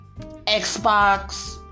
Xbox